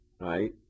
right